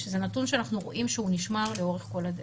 זה נתון שאנחנו רואים שהוא נשמר לאורך כל הדרך.